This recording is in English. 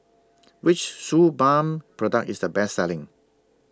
Which Suu Balm Product IS The Best Selling